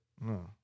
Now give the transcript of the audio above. No